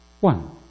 one